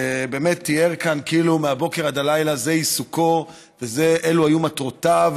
שבאמת תיאר כאן כאילו מהבוקר עד הלילה זה עיסוקו ואלו היו מטרותיו,